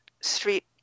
street